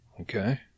Okay